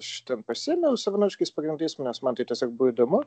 aš ten pasiėmiau savanoriškais pagrindais nes man tai tiesiog buvo įdomu